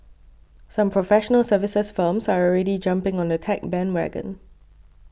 some professional services firms are already jumping on the tech bandwagon